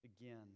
again